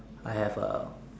I have a